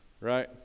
right